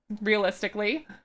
realistically